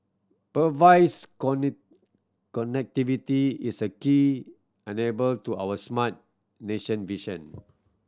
connectivity is a key enable to our smart nation vision